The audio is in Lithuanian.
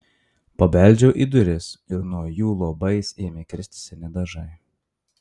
pabeldžiau į duris ir nuo jų luobais ėmė kristi seni dažai